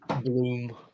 Bloom